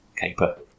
Caper